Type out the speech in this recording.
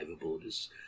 borders